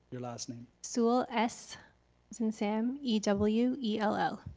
your last name. sewell, s as in sam, e w e l l.